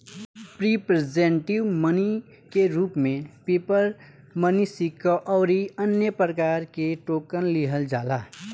representative money के रूप में पेपर मनी सिक्का अउरी अन्य प्रकार के टोकन लिहल जाला